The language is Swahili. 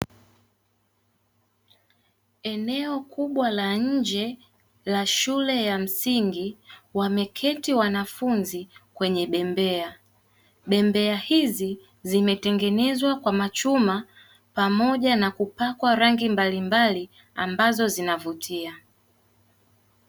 Eneo kubwa la nje la shule ya msingi wameketi wanafunzi kwenye bembea, bembea hizi zimetengenezwa kwa machuma pamoja na kupakwa rangi mbalimbali ambazo zinavutia.